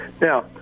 now